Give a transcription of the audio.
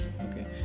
Okay